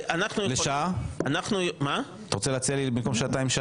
אתה רוצה להציע לי שעה במקום שעתיים?